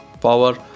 power